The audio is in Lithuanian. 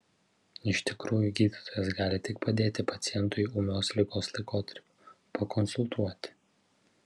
iš tikrųjų gydytojas gali tik padėti pacientui ūmios ligos laikotarpiu pakonsultuoti